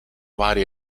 vari